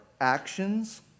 actions